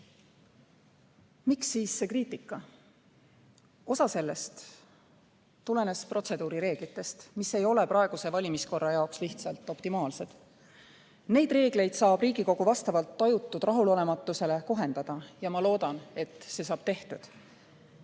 Miks siis see kriitika? Osa sellest tulenes protseduurireeglitest, mis ei ole praeguse valimiskorra jaoks lihtsalt optimaalsed. Neid reegleid saab Riigikogu vastavalt tajutud rahulolematusele kohendada ja ma loodan, et see saab tehtud.